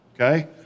Okay